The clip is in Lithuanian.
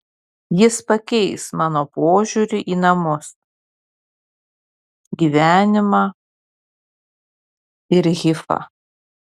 jis pakeis mano požiūrį į namus gyvenimą ir hifą